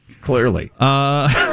clearly